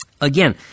again